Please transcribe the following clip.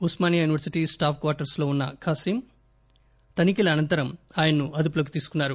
Osmania university staff క్యార్టర్స్లో ఉన్న ఖాసిం నివాసం తనిఖీల అనంతరం ఆయన్ను అదుపులోకి తీసుకున్నారు